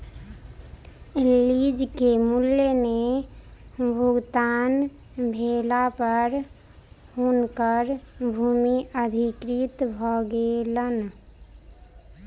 lease के मूल्य नै भुगतान भेला पर हुनकर भूमि अधिकृत भ गेलैन